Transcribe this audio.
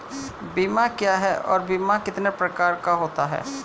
बीमा क्या है और बीमा कितने प्रकार का होता है?